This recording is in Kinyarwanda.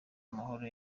amahoro